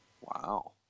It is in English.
Wow